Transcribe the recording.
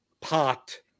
pot